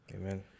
amen